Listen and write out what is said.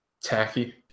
Tacky